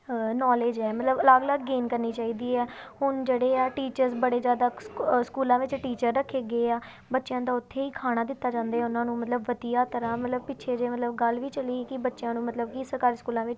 knowledge ਹੈ ਮਤਲਬ ਅਲੱਗ ਅਲੱਗ ਗੇਮ ਕਰਨੀ ਚਾਹੀਦੀ ਹੈ ਹੁਣ ਜਿਹੜੇ ਆ ਟੀਚਰਸ ਬੜੇ ਜ਼ਿਆਦਾ ਸਕੂਲਾਂ ਵਿੱਚ ਟੀਚਰ ਰੱਖੇ ਗਏ ਆ ਬੱਚਿਆਂ ਦਾ ਉੱਥੇ ਹੀ ਖਾਣਾ ਦਿੱਤਾ ਜਾਂਦਾ ਉਹਨਾਂ ਨੂੰ ਮਤਲਬ ਵਧੀਆ ਤਰ੍ਹਾਂ ਮਤਲਬ ਪਿੱਛੇ ਜੇ ਮਤਲਬ ਗੱਲ ਵੀ ਚਲੀ ਸੀ ਕਿ ਬੱਚਿਆਂ ਨੂੰ ਮਤਲਬ ਕਿ ਸਰਕਾਰੀ ਸਕੂਲਾਂ ਵਿੱਚ